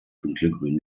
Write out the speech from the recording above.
dunkelgrün